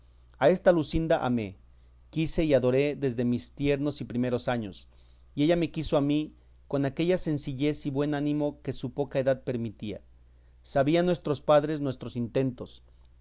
a esta luscinda amé quise y adoré desde mis tiernos y primeros años y ella me quiso a mí con aquella sencillez y buen ánimo que su poca edad permitía sabían nuestros padres nuestros intentos